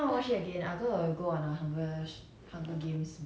actually before before I before I watch the movie I'll read the books